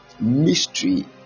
mystery